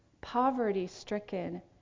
poverty-stricken